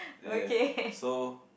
ya so